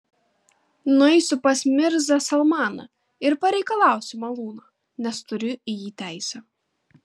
nueisiu pas mirzą salmaną ir pareikalausiu malūno nes turiu į jį teisę